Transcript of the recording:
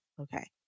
Okay